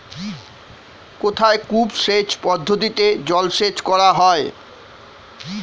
কোথায় কূপ সেচ পদ্ধতিতে জলসেচ করা হয়?